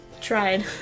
Tried